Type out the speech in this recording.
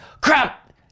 crap